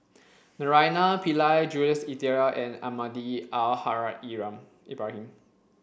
Naraina Pillai Jules Itier and Almahdi Al Haj Ibrahim